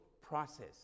process